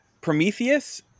Prometheus